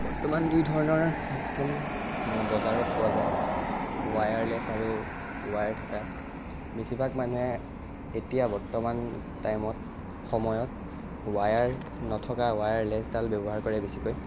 বৰ্তমান দুই ধৰণৰ হেডফোন বজাৰত পোৱা যায় ৱায়াৰ্লেছ আৰু ৱায়াৰ থকা বেছিভাগ মানুহে এতিয়া বৰ্তমান টাইমত সময়ত ৱায়াৰ নথকা ৱায়াৰ্লেছডাল ব্য়ৱহাৰ কৰে বেছিকৈ